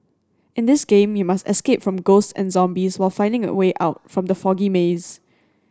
in this game you must escape from ghosts and zombies while finding the way out from the foggy maze